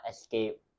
escape